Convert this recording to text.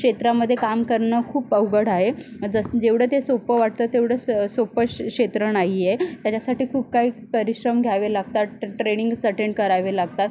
क्षेत्रामध्ये काम करणं खूप अवघड आहे जसं जेवढं ते सोपं वाटतं तेवढंच सोपं शे क्षेत्र नाही आहे त्याच्यासाठी खूप काही परिश्रम घ्यावे लागतात ट्रे ट्रेनिंग्स अटेंड करावे लागतात